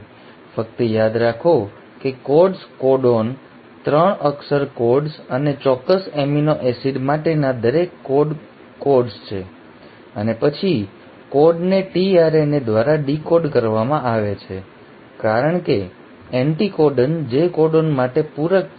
ફક્ત યાદ રાખો કે કોડ્સ કોડોન 3 અક્ષર કોડ્સ અને ચોક્કસ એમિનો એસિડ માટેના દરેક કોડ કોડ્સ છે અને પછી કોડને tRNA દ્વારા ડીકોડ કરવામાં આવે છે કારણ કે એન્ટિકોડન જે કોડોન માટે પૂરક છે